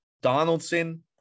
Donaldson